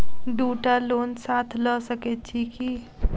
दु टा लोन साथ लऽ सकैत छी की?